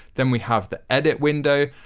then we have the edit window,